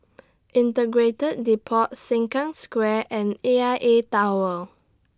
Integrated Depot Sengkang Square and A I A Tower